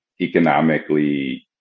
economically